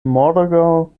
morgaŭ